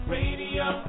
Radio